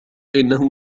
إنه